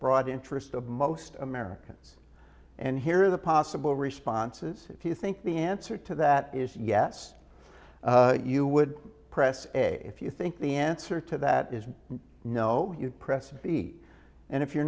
broad interest of most americans and here are the possible responses if you think the answer to that is yes you would press a if you think the answer to that is no you press a b and if you're